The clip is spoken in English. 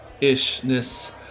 ishness